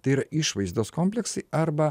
tai yra išvaizdos kompleksai arba